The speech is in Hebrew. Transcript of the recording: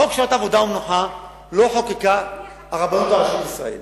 את חוק שעות עבודה ומנוחה לא חוקקה הרבנות הראשית לישראל.